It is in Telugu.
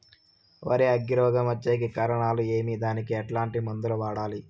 వరి అగ్గి రోగం వచ్చేకి కారణాలు ఏమి దానికి ఎట్లాంటి మందులు వాడాలి?